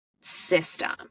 system